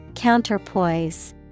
Counterpoise